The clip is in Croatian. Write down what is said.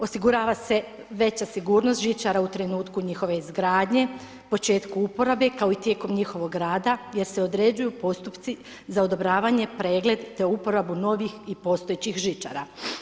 Osigurava se veća sigurnost žičara u trenutku njihove izgradnje, početku uporabe kao i tijekom njihovog rada jer se određuju postupci za odobravanje, pregled te uporabu novih i postojećih žičara.